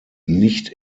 nicht